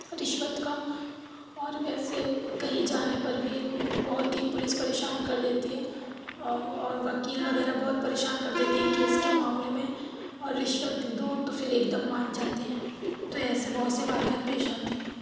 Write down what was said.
رشوت کا اور ویسے کہیں جانے پر بھی بہت ہی پولیس پریشان کر دیتی ہے اور اور وکیل وغیرہ بہت پریشان کر دیتے ہیں کیس کے معاملے میں اور رشوت دو تو پھر ایک دم مان جاتے ہیں تو ایسے بہت سے واقعات پیش آتے ہیں